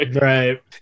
Right